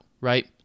right